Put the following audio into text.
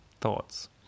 thoughts